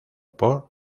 por